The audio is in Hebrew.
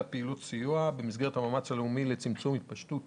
פעילות סיוע במסגרת המאמץ הלאומי לצמצום התפשטות